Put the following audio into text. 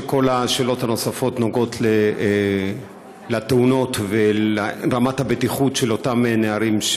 כל השאלות הנוספות נוגעות לתאונות ולרמת הבטיחות של אותם נערים,